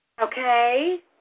Okay